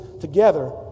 together